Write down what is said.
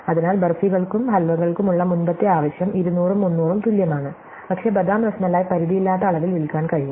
അതിനാൽ ബർഫികൾക്കും ഹൽവകൾക്കുമുള്ള മുമ്പത്തെ ആവശ്യം 200 ഉം 300 ഉം തുല്യമാണ് പക്ഷേ ബദാം റാസ്മലൈ പരിധിയില്ലാത്ത അളവിൽ വിൽക്കാൻ കഴിയും